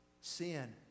sin